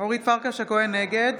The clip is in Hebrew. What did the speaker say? נגד